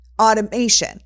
automation